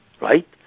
right